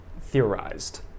theorized